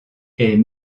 est